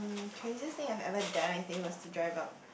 craziest thing I've ever done I think was to drive up